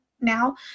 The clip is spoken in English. now